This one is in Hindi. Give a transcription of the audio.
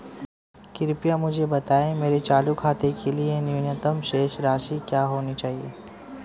कृपया मुझे बताएं मेरे चालू खाते के लिए न्यूनतम शेष राशि क्या होनी चाहिए?